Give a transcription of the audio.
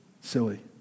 silly